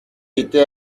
était